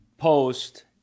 post